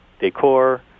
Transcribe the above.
decor